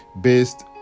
based